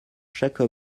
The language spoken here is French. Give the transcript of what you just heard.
chaque